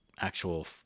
actual